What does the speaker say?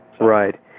Right